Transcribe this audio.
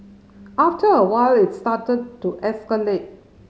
after a while it started to escalate